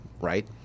right